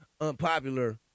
unpopular